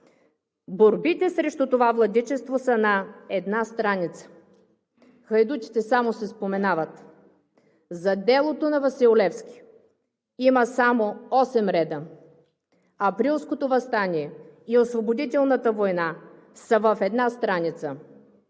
Борбите срещу това владичество са на една страница. Хайдутите само се споменават. За делото на Васил Левски има само осем реда. Априлското въстание и освободителната война са в една страница.